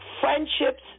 Friendships